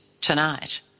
tonight